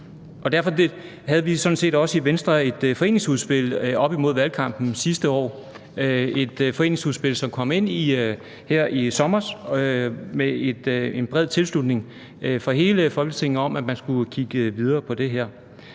Derfor havde vi sådan set også i Venstre et foreningsudspil oppe i forbindelse med valgkampen sidste år, et foreningsudspil, som kom ind her i sommer, med en bred tilslutning fra hele Folketinget til, at man skulle kigge videre på det her.